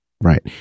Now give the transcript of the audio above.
Right